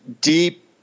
deep